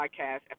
podcast